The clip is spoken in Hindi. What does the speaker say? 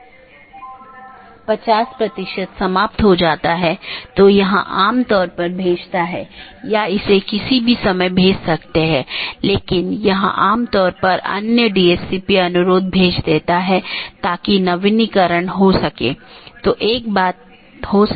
इसका मतलब है कि मार्ग इन कई AS द्वारा परिभाषित है जोकि AS की विशेषता सेट द्वारा परिभाषित किया जाता है और इस विशेषता मूल्यों का उपयोग दिए गए AS की नीति के आधार पर इष्टतम पथ खोजने के लिए किया जाता है